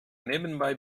nebenbei